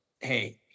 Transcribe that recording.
hey